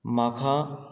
म्हाका